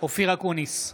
אופיר אקוניס,